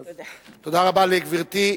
תודה רבה לגברתי.